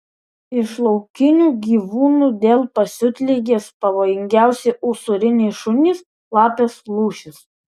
iš laukinių gyvūnų dėl pasiutligės pavojingiausi usūriniai šunys lapės lūšys